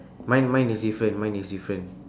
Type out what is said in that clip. mine mine is different mine is different